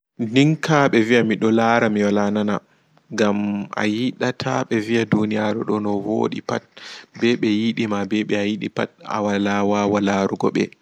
Nɗikka ɓe wi'a miɗo laara mi wala nanan ngam a yiɗata ɗuniyaru ɗo no woni pat ɓe ɓe yiɗima ɓe ɓe ayiɗi pat a wala waawa larugo ɓe.